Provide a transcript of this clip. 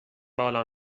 بالا